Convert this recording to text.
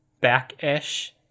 back-ish